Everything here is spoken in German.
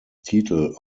titel